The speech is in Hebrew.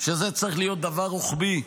שזה צריך להיות דבר רוחבי,